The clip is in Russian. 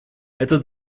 этот